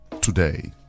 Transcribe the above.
today